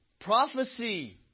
prophecy